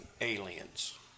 aliens